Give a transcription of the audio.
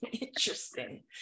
interesting